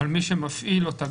אבל מי שמפעיל אותה,